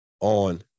on